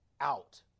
out